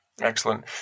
Excellent